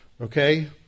Okay